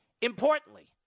Importantly